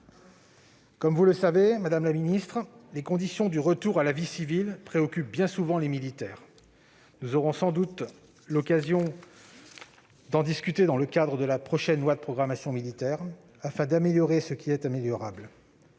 Comme vous le savez, madame la ministre, les conditions du retour à la vie civile préoccupent bien souvent les militaires. Nous aurons sans doute l'occasion d'en discuter dans le cadre de la prochaine loi de programmation militaire afin d'améliorer ce qui est améliorable.